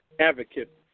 advocate